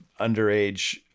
underage